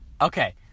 Okay